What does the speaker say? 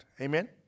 Amen